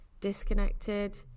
disconnected